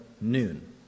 noon